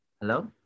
Hello